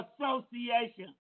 Association